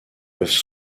peuvent